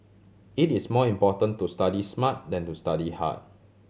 it is more important to study smart than to study hard